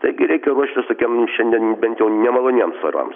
taigi reikia ruoštis tokiem šiandien bent jau nemaloniems orams